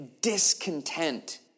discontent